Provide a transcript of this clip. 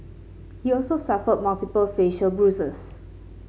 he also suffered multiple facial bruises